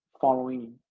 following